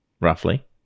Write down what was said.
roughly